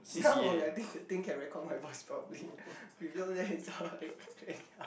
now I think think can record my voice properly before that it's like anyhow